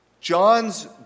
John's